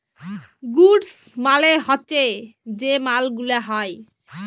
goods মালে হচ্যে যে মাল গুলা হ্যয়